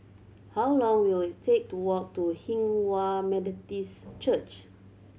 how long will it take to walk to Hinghwa Methodist Church